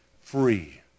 free